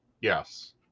yes